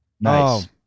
Nice